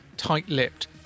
tight-lipped